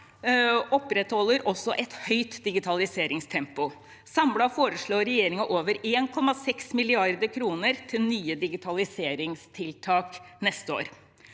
opprettholder også et høyt digitaliseringstempo. Samlet foreslår regjeringen over 1,6 mrd. kr til nye digitaliseringstiltak neste år.